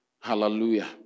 Hallelujah